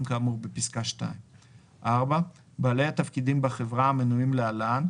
כאמור בפסקה (2); בעלי התפקידים בחברה המנויים להלן,